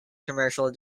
commercial